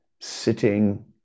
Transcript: sitting